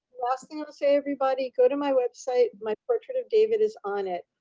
last thing i would say, everybody go to my website, my portrait of david is on it.